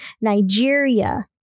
Nigeria